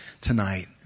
tonight